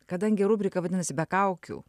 kadangi rubrika vadinasi be kaukių